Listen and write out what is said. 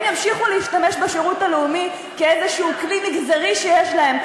הם ימשיכו להשתמש בשירות הלאומי כאיזה כלי מגזרי שיש להם,